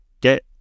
get